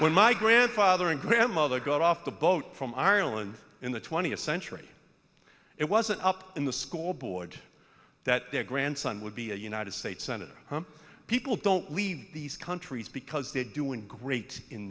when my grandfather and grandmother got off the boat from ireland in the twentieth century it wasn't up in the scoreboard that their grandson would be a united states senator people don't leave these countries because they're doing great in